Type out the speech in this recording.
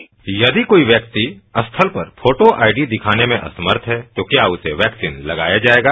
प्रश्न यदि कोई व्यक्ति स्थल पर फोटो आईडी दिखाने में असमर्थ हैं तो क्या उसे वैक्सीन लगाया जाएगा